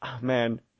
man